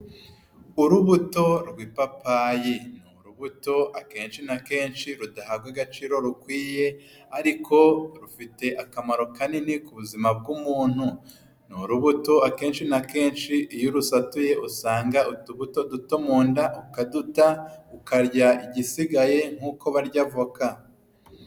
Urubuto rw'ipapayi ni urubuto akenshi na kenshi rudahabwa agaciro rukwiye ariko rufite akamaro kanini ku buzima bw'umuntu. Ni urubuto akenshi na kenshi iyo urusatuye usanga utubuto duto mu nda ukaduta ukarya igisigaye nk'uko barya avokana